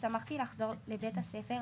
שמחתי לחזור לבית הספר,